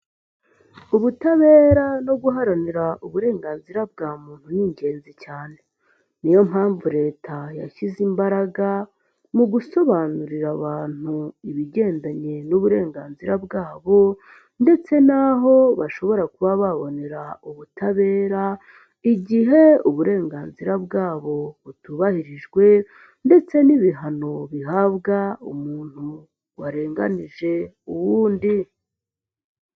Ubutabera no guharanira uburenganzira bwa muntu ni ingenzi cyane. Niyo mpamvu leta yashyize imbaraga mu gusobanurira abantu ibigendanye n'uburenganzira bwabo ndetse n'aho bashobora kuba babonera ubutabera, igihe uburenganzira bwabo butubahirijwe ndetse n'ibihano bihabwa umuntu warenganije uwundi.